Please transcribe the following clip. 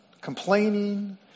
complaining